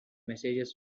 messages